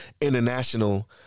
international